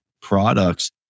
products